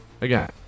again